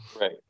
Right